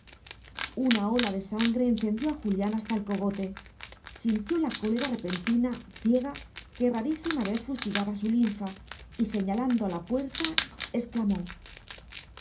una ola de sangre encendió a julián hasta el cogote sintió la cólera repentina ciega que rarísima vez fustigaba su linfa y señalando a la puerta exclamó